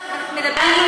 את מדברת, לא.